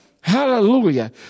Hallelujah